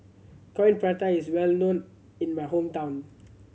Coin Prata is well known in my hometown